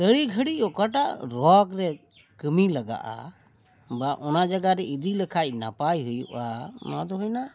ᱛᱟᱹᱲᱤ ᱜᱷᱟᱹᱲᱤᱡ ᱚᱠᱟᱴᱟᱜ ᱨᱳᱜᱽ ᱨᱮ ᱠᱟᱹᱢᱤ ᱞᱟᱜᱟᱜᱼᱟ ᱵᱟ ᱚᱱᱟ ᱡᱟᱭᱜᱟᱨᱮ ᱤᱫᱤ ᱞᱮᱠᱷᱟᱱ ᱱᱟᱯᱟᱭ ᱦᱩᱭᱩᱜᱼᱟ ᱚᱱᱟᱫᱚ ᱦᱩᱭᱱᱟ